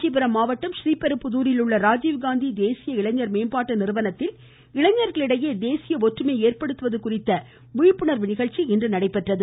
காஞ்சிபுரம் மாவட்டம் றீபெரும்புதூரில் உள்ள ராஜீவ் காந்தி தேசிய இளைஞர் மேம்பாட்டு நிறுவனத்தில் இளைஞர்களிடையே தேசிய ஒற்றுமையை ஏற்படுத்துவது குறித்த விழிப்புணர்வு நிகழ்ச்சி இன்று நடைபெற்றது